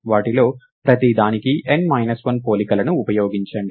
వాటిలో ప్రతిదానికీ n minus 1 పోలికలను ఉపయోగించండి